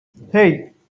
hey